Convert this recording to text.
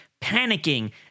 panicking